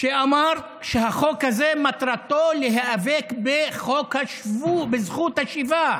ואמר שהחוק הזה, מטרתו להיאבק בזכות השיבה